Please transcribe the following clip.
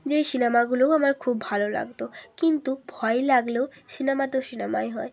যেই সিনেমাগুলোও আমার খুব ভালো লাগতো কিন্তু ভয় লাগলেও সিনেমা তো সিনেমাই হয়